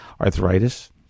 arthritis